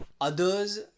others